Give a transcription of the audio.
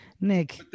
Nick